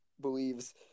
believes